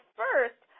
first